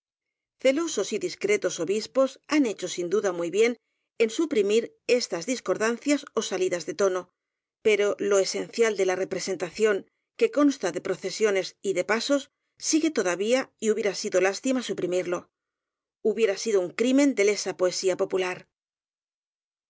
celosos y discretos obispos han he cho sin duda muy bien en suprimir estas discor dancias ó salidas de tono pero lo esencial de la representación que consta de procesiones y de pa sos sigue todavía y hubiera sido lástima supri mirlo hubiera sido un crimen de lesa poesía